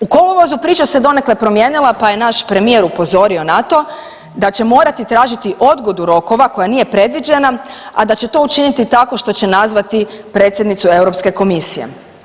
U kolovozu priča se donekle promijenila, pa je naš premijer upozorio na to da će morati tražiti odgodu rokova koja nije predviđena, a da će to učiniti tako što će nazvati predsjednicu Europske komisije.